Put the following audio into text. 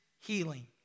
healing